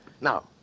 Now